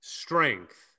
strength